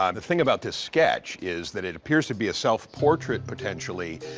um the thing about this sketch is that it appears to be a self-portrait, potentially,